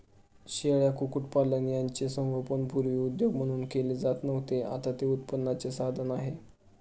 शेळ्या, कुक्कुटपालन यांचे संगोपन पूर्वी उद्योग म्हणून केले जात नव्हते, आता ते उत्पन्नाचे साधन आहे